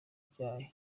ryayo